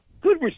good